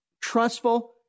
trustful